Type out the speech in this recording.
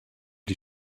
die